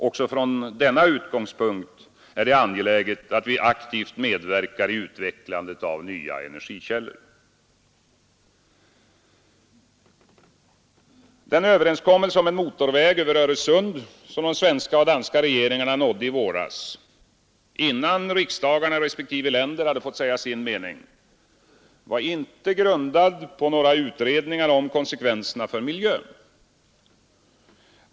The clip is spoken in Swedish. Också från denna utgångspunkt är det angeläget att vi aktivt medverkar i utvecklandet av nya energikällor. Den överenskommelse om en motorväg över Öresund som de svenska och danska regeringarna nådde i våras — innan riksdagarna i respektive länder fått säga sin mening — var inte grundad på några utredningar om konsekvenserna för miljön.